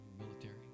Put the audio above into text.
military